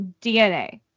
dna